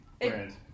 brand